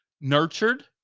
nurtured